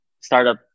startup